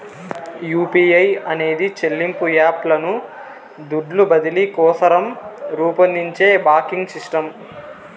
UPI అనేది చెల్లింపు app లను దుడ్లు బదిలీ కోసరం రూపొందించే బాంకింగ్ సిస్టమ్